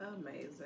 Amazing